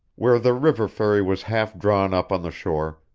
where the river ferry was half drawn up on the shore,